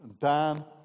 Dan